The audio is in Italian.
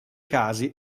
casi